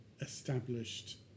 established